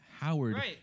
Howard